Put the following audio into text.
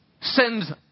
sends